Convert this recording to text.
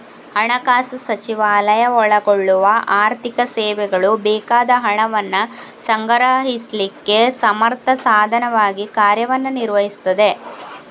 ಹಣಕಾಸು ಸಚಿವಾಲಯ ಒಳಗೊಳ್ಳುವ ಆರ್ಥಿಕ ಸೇವೆಗಳು ಬೇಕಾದ ಹಣವನ್ನ ಸಂಗ್ರಹಿಸ್ಲಿಕ್ಕೆ ಸಮರ್ಥ ಸಾಧನವಾಗಿ ಕಾರ್ಯವನ್ನ ನಿರ್ವಹಿಸ್ತದೆ